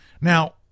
Now